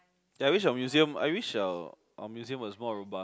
like I wish our museum I wish our our museum was more robust